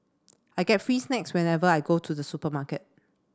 I get free snacks whenever I go to the supermarket